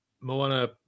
Moana